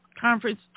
conference